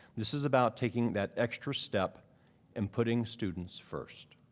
this is about taking that extra step and putting students first.